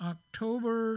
October